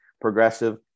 progressive